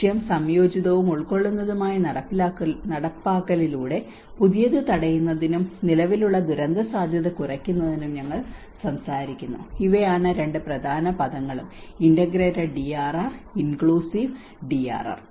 ലക്ഷ്യം സംയോജിതവും ഉൾക്കൊള്ളുന്നതുമായ നടപ്പാക്കലിലൂടെ പുതിയത് തടയുന്നതിനും നിലവിലുള്ള ദുരന്തസാധ്യത കുറയ്ക്കുന്നതിനും ഞങ്ങൾ സംസാരിക്കുന്നു ഇവയാണ് രണ്ട് പ്രധാന പദങ്ങളും ഇന്റഗ്രേറ്റഡ് ഡിആർആർ ഇൻക്ലൂസീവ് ഡിആർആർ